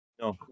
No